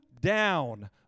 down